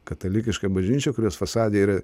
katalikišką bažnyčią kurios fasade yra